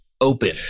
open